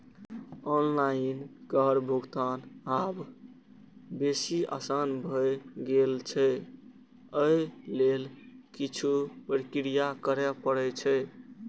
online कर भुगतान आब बेसी आसान भए गेल छै, अय लेल किछु प्रक्रिया करय पड़ै छै